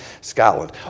Scotland